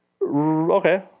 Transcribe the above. okay